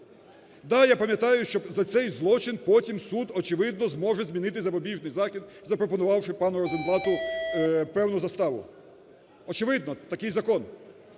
Да, я пам'ятаю, що за цей злочин потім суд очевидно зможе змінити запобіжний захід, запропонувавши пану Розенблату певну заставу. Очевидно, такий закон.